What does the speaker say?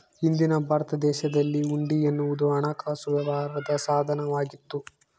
ಹಿಂದಿನ ಭಾರತ ದೇಶದಲ್ಲಿ ಹುಂಡಿ ಎನ್ನುವುದು ಹಣಕಾಸು ವ್ಯವಹಾರದ ಸಾಧನ ವಾಗಿತ್ತು